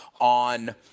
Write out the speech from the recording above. on